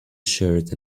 shirt